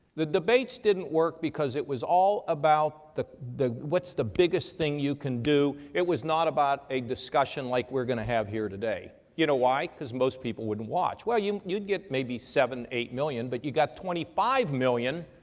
the debates didn't work because it was all about the, the, what's the biggest thing you can do. it was not about a discussion like we're going to have here today. you know why? because most people wouldn't watch. well, you'd, you'd get maybe seven or eight million, but you've got twenty five million,